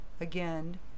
Again